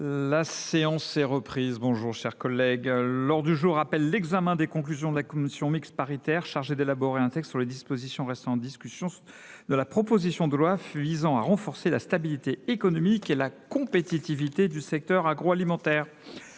séance par l’examen, sous la présidence de M. Pierre Ouzoulias, des conclusions de la commission mixte paritaire chargée d’élaborer un texte sur les dispositions restant en discussion de la proposition de loi visant à renforcer la stabilité économique et la compétitivité du secteur agroalimentaire.